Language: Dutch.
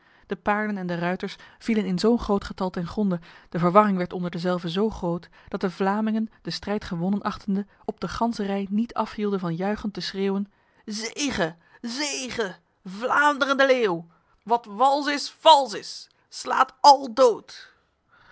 de paarden en de ruiters vielen in zo groot getal ten gronde de verwarring werd onder dezelve zo groot dat de vlamingen de strijd gewonnen achtende op de ganse rij met afhielden van juichend te schreeuwen zege zege vlaanderen de leeuw wat wals is vals is slaat al dood